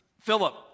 Philip